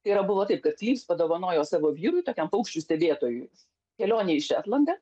tai yra buvo taip kad klyvs padovanojo savo vyrui tokiam paukščių stebėtojui kelionę į šetlandą